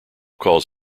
calls